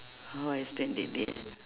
how I spend that day ah